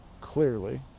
clearly